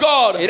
God